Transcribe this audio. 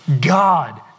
God